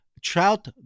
trout